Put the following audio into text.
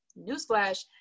Newsflash